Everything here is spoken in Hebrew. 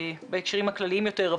בהקשרים הכלליים יותר,